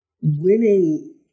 winning